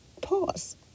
pause